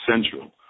Central